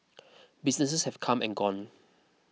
businesses have come and gone